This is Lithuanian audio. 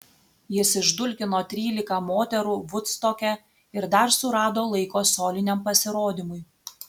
jis išdulkino trylika moterų vudstoke ir dar surado laiko soliniam pasirodymui